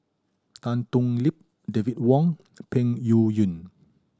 Tan Thoon Lip David Wong and Peng Yuyun